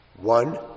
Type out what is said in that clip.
One